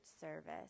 service